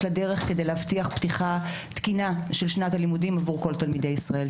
לדרך כדי להבטיח פתיחה תקינה של שנת הלימודים עבור כל תלמידי ישראל.